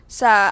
sa